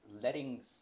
letting